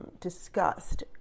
discussed